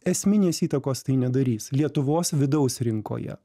esminės įtakos tai nedarys lietuvos vidaus rinkoje